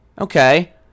Okay